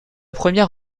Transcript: première